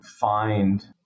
find